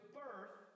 birth